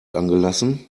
angelassen